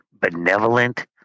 benevolent